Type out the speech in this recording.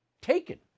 taken